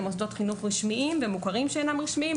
למוסדות חינוך רשמיים ומוסדות חינוך מוכרים שאינם רשמיים,